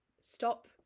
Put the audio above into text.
stop